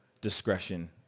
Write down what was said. discretion